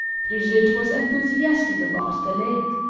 brigitte was enthusiastic about the lake